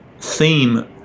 theme